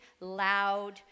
loud